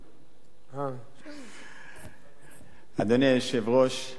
אדוני היושב-ראש,